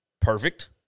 Perfect